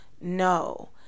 No